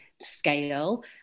scale